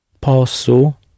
Posso